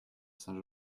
saint